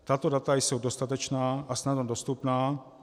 Tato data jsou dostatečná a snadno dostupná.